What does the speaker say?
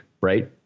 right